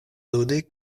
ludi